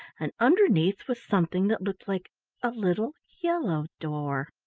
and underneath was something that looked like a little yellow door.